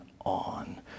on